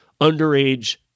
underage